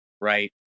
right